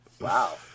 Wow